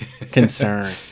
concern